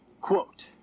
Quote